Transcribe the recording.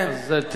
אז, תסיים,